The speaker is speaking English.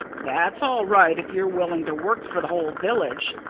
that's all right if you're willing to work for the whole village.